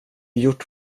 gjort